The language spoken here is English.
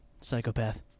Psychopath